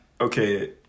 Okay